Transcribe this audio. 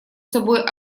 собой